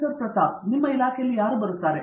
ಪ್ರತಾಪ್ ಹರಿಡೋಸ್ ನಿಮ್ಮ ಇಲಾಖೆಯಲ್ಲಿ ಯಾರು ಬರುತ್ತಾರೆ